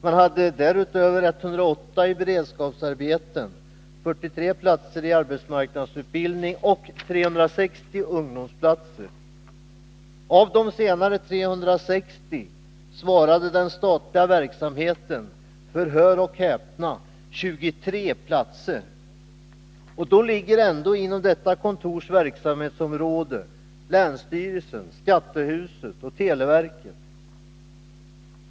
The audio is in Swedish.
Man hade 108 beredskapsarbeten, 43 platser i arbetsmarknadsutbildning och 360 ungdomsplatser. Av dessa senare svarade den statliga verksamheten för — hör och häpna — 23 platser. Och då ligger ändå inom detta kontors verksamhetsområde länsstyrelsen, skattehuset och televerket!